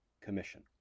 Commission